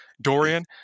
Dorian